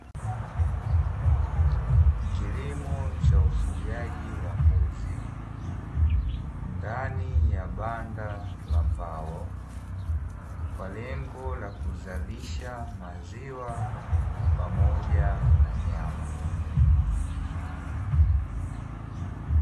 Kilimo cha ufugaji wa mbuzi ndani ya banda la mbao kwa lengo la kuzalisha maziwa pamoja na nyama.